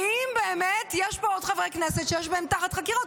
האם באמת יש פה עוד חברי כנסת תחת חקירה?